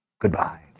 Goodbye